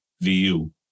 VU